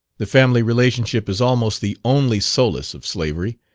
the family relationship is almost the only solace of slavery.